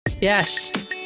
Yes